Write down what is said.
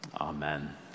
Amen